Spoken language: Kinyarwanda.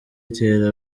itera